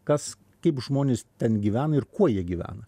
kas kaip žmonės ten gyvena ir kuo jie gyvena